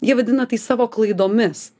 jie vadina tai savo klaidomis